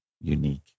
unique